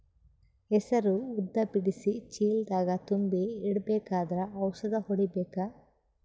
ಹೆಸರು ಉದ್ದ ಬಿಡಿಸಿ ಚೀಲ ದಾಗ್ ತುಂಬಿ ಇಡ್ಬೇಕಾದ್ರ ಔಷದ ಹೊಡಿಬೇಕ?